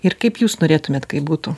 ir kaip jūs norėtumėt kaip būtų